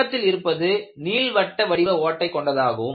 பக்கத்தில் இருப்பது நீள்வட்ட வடிவ ஓட்டை கொண்டதாகும்